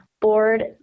Board